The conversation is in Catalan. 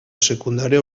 secundària